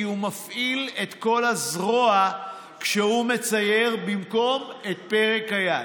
כי הוא מפעיל את כל הזרוע כשהוא מצייר במקום את פרק היד.